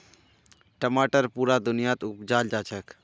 टमाटर पुरा दुनियात उपजाल जाछेक